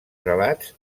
relats